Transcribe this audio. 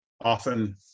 often